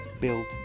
built